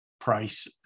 Price